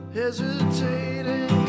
hesitating